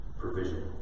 provision